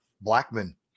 Blackman